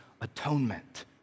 atonement